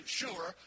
sure